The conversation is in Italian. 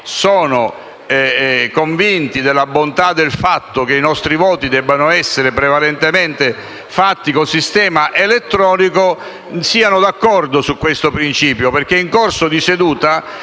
sono convinti della bontà del fatto che i nostri voti debbano essere prevalentemente espressi con il sistema elettronico siano d'accordo su questo principio. Altrimenti sono costretto